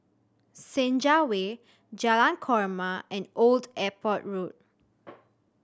Senja Way Jalan Korma and Old Airport Road